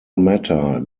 matter